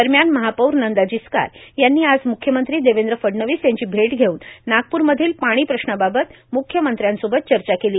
दरम्यान महापौर नंदा जिचकार यांनी आज मुख्यमंत्री देवेंद्र फडणवीस यांची भेट घेऊन नागप्रमधील पाणी प्रश्नाबाबत म्ख्यमंत्र्यांसोबत चर्चा केली